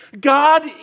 God